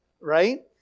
right